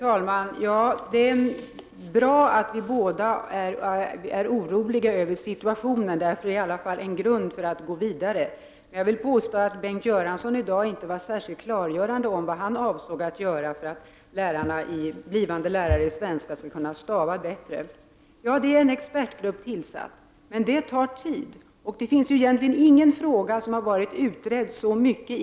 Fler och fler fall av orimligheter rapporteras från bostadsmarknaden. Det gäller fall, då äldre och handikappade har sålt sin bostadsrätt för att kunna flytta till en mera handikappvänlig lägenhet av samma slag. Det är fråga om människor som bor i obekväma hus utan hiss och som tvingas flytta ner till bottenplanet.